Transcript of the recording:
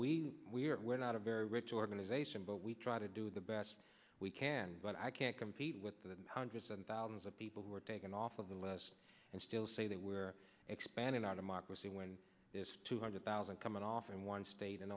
so we are not a very rich organization but we try to do the best we can but i can't compete with the hundreds and thousands of people who were taken off of the list and still say that we're expanding our democracy when two hundred thousand coming off in one state and